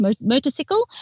motorcycle